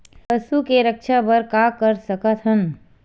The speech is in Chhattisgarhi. पशु के रक्षा बर का कर सकत हन?